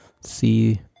see